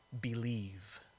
believe